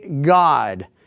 God